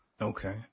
Okay